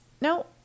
no